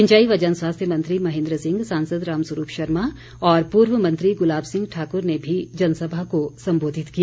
सिंचाई व जन स्वास्थ्य मंत्री महेन्द्र सिंह सांसद राम स्वरूप शर्मा और पूर्व मंत्री गुलाब सिंह ठाकुर ने भी जनसभा को संबोधित किया